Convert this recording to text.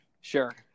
sure